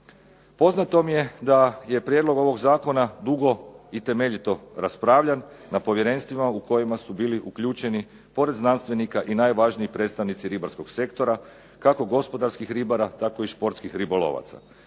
Poznato mi je da je prijedlog ovog zakona dugo i temeljito raspravljan, na povjerenstvima u kojima su bili uključeni pored znanstvenika i najvažniji predstavnici ribarskog sektora, kako gospodarskih ribara, tako i športskih ribolovaca,